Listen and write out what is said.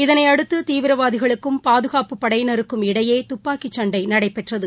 இதனையடுத்துதீவிரவாதிகளுக்கும் பாதுகாப்புப் படையினருக்கும் இடையேதுப்பாக்கிசண்டைநடைபெற்றது